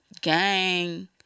gang